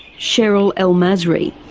cheryl el-masri.